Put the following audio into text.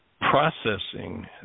processing